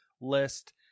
list